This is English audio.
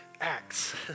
Acts